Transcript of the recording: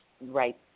right